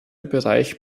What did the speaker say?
bereich